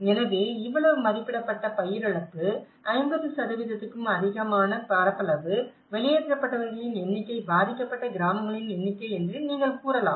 எனவே இவ்வளவு மதிப்பிடப்பட்ட பயிர் இழப்பு 50 க்கும் அதிகமான பரப்பளவு வெளியேற்றப்பட்டவர்களின் எண்ணிக்கை பாதிக்கப்பட்ட கிராமங்களின் எண்ணிக்கை என்று நீங்கள் கூறலாம்